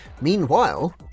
Meanwhile